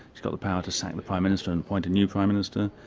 she's got the power to sack the prime minister and appoint a new prime minister,